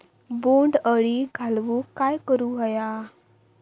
बोंड अळी घालवूक काय करू व्हया?